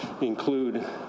include